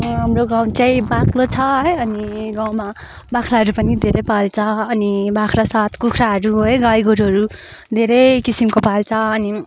हाम्रो गाउँ चाहिँ बाक्लो छ है अनि गाउँमा बाख्राहरू पनि धेरै पाल्छ अनि बाख्रा साथ कुखराहरू है गाई गोरुहरू धेरै किसिमको पाल्छ